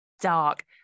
dark